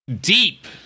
deep